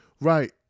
Right